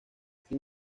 sin